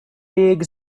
big